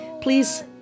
Please